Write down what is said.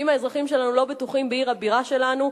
ואם האזרחים שלנו לא בטוחים בעיר הבירה שלנו,